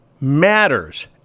matters